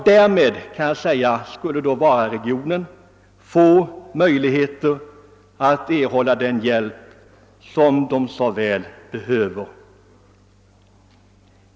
Därmed skulle Vararegionen få möjligheter att erhålla den hjälp som den så väl behöver.